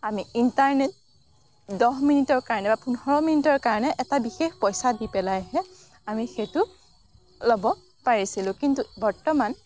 আমি ইণ্টাৰনেট দহ মিনিটৰ কাৰণে বা পোন্ধৰ মিনিটৰ কাৰণে এটা বিশেষ পইচা দি পেলাইহে আমি সেইটো ল'ব পাৰিছিলোঁ কিন্তু বৰ্তমান